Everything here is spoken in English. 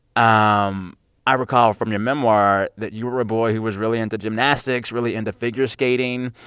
um i recall from your memoir that you were a boy who was really into gymnastics, really into figure skating.